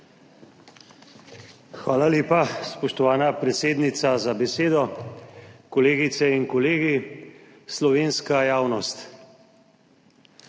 Hvala lepa, spoštovana predsednica, za besedo. Kolegice in kolegi, slovenska javnost!